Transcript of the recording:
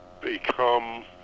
become